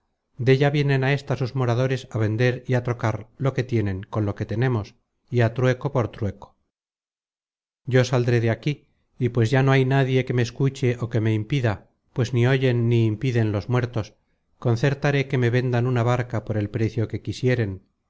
verla della vienen á ésta sus moradores á vender y á trocar lo que tienen con lo que tenemos y á trueco por trueco yo saldré de aquí y pues ya no hay nadie que me escuche ó que me impida pues ni oyen ni impiden los muertos concertaré que me vendan una barca por el precio que quisieren